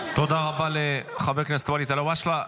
לחבר הכנסת ואליד אלהואשלה.